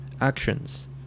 actions